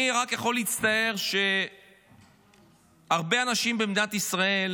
אני רק יכול להצטער שהרבה אנשים במדינת ישראל